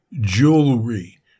jewelry